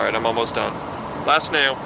all right i'm almost done last now